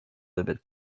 liver